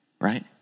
right